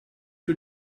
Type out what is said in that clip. you